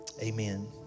Amen